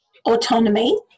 Autonomy